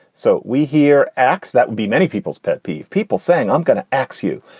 so we hear axe. that would be many people's pet peeve. people saying, i'm going to axe you.